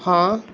ਹਾਂ